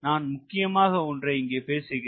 நான் முக்கியமான ஒன்றை இங்கே பேசுகிறேன்